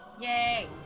Yay